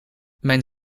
mijn